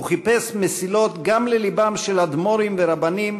הוא חיפש מסילות גם ללבם של אדמו"רים ורבנים,